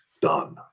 done